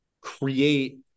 create